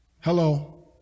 Hello